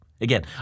Again